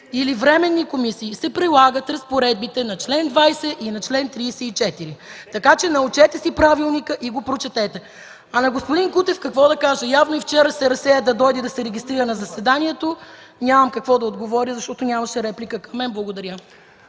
или временни комисии, се прилагат разпоредбите на чл. 20 и на чл. 34. Така че прочетете и си научете Правилника. На господин Кутев какво да кажа? Явно и вчера се разсея – да дойде и да се регистрира на заседанието. Нямам какво да отговоря, защото нямаше реплика към мен. Благодаря.